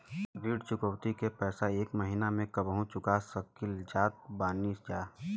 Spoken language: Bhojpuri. ऋण चुकौती के पैसा एक महिना मे कबहू चुका सकीला जा बताईन जा?